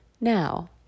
now